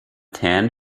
tan